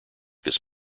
this